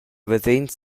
basegns